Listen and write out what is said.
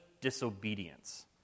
disobedience